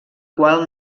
qual